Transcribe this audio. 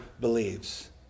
believes